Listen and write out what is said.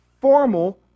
formal